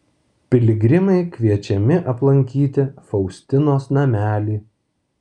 piligrimai kviečiami aplankyti faustinos namelį